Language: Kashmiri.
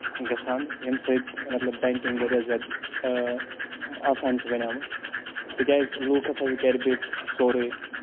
گژھان ییٚمہِ سۭتۍ مطلب بینکِنگ واریاہ زیادٕ آسان چھُ بَنیومُت تِکیازِ لوٗکھ ہسا چھِ گرِ بِہتھ سورُے